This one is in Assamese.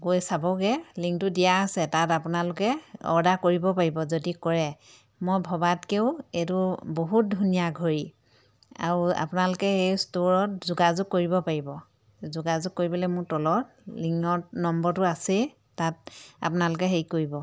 গৈ চাবগৈ লিংকটো দিয়া আছে তাত আপোনালোকে অৰ্ডাৰ কৰিব পাৰিব যদি কৰে মই ভবাতকেও এইটো বহুত ধুনীয়া ঘড়ী আৰু আপোনালোকে এই ষ্ট'ৰত যোগাযোগ কৰিব পাৰিব যোগাযোগ কৰিবলৈ মোৰ তলত লিঙৰ নম্বৰটো আছেই তাত আপোনালোকে হেৰি কৰিব